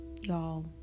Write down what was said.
Y'all